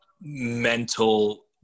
mental